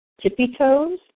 tippy-toes